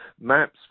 maps